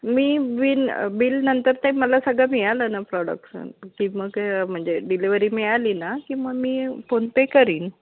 मी bill bill नंतर ते मला सगळं मिळालं ना प्रॉडकट्स की मग म्हणजे डिलेवरी मिळाली ना की मग मी फोनपे करीन